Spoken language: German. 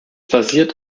basiert